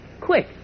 quick